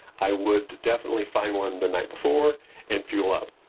i would definitely find one the night before and fuel up.